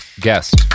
guest